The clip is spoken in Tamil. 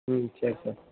ம் சரி சார்